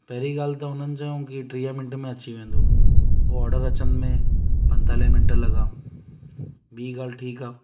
पहिरीं ॻाल्हि त हुननि चयऊं की टीह मिंट में अची वेंदो उहो ऑडर अचण में पंतालीह मिंट लॻा ॿी ॻाल्हि ठीकु आहे